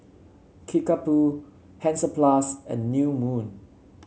Kickapoo Hansaplast and New Moon